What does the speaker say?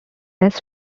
less